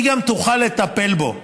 היא גם תוכל לטפל בו.